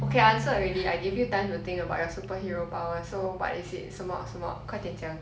okay I answer already I gave you time to think about your superhero power so what is it 什么什么快点讲